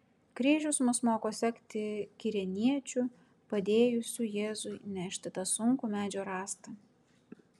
kryžius mus moko sekti kirėniečiu padėjusiu jėzui nešti tą sunkų medžio rąstą